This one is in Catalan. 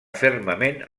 fermament